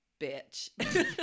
bitch